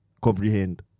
comprehend